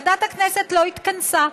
ועדת הכנסת לא התכנסה,